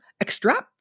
extract